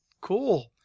cool